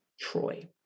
Troy